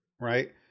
Right